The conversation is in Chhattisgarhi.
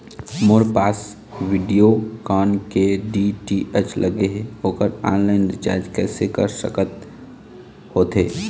मोर पास वीडियोकॉन के डी.टी.एच लगे हे, ओकर ऑनलाइन रिचार्ज कैसे कर सकत होथे?